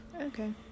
Okay